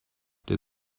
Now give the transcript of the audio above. der